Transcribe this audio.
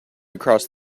across